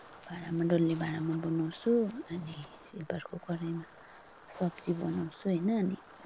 भाँडामा डल्ले भाँडामा बनाउँछु अनि सिल्भरको कराईमा सब्जी बनाउँछु होइन अनि